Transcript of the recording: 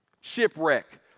Shipwreck